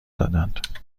دادند